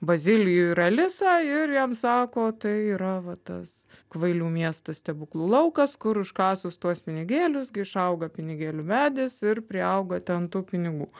bazilijų ir alisą ir jam sako tai yra va tas kvailių miestas stebuklų laukas kur užkasus tuos pinigėlius gi išauga pinigėlių medis ir priauga ten tų pinigų